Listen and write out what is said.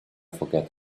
forget